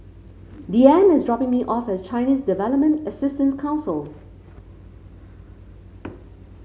Deeann is dropping me off at Chinese Development Assistance Council